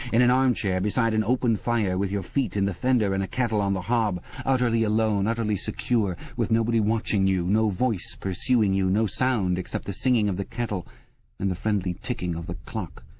in an arm-chair beside an open fire with your feet in the fender and a kettle on the hob utterly alone, utterly secure, with nobody watching you, no voice pursuing you, no sound except the singing of the kettle and the friendly ticking of the clock.